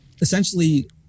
essentially